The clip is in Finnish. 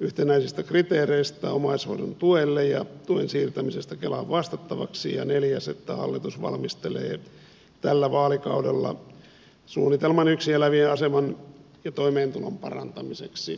yhtenäisistä kriteereistä omaishoidon tuelle ja tuen siirtämisestä kelan vastattavaksi ja neljäs että hallitus valmistelee tällä vaalikaudella suunnitelman yksin elävien aseman ja toimeentulon parantamiseksi